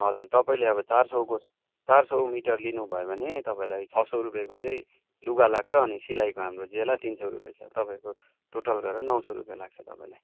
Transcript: हजुर तपाईँले अब चार सौको चार सौ मिटर लिनुभयो भने तपाईँलाई छ सौ रुपियाँको चैचाहिँ लुगा लाग्छ अनि सिलाइको हाम्रो जेला तिन सौ रुपियाँ छ तपाईँको टोटल गरेर नौ सौ रुपियाँ लाग्छ तपाईँलाई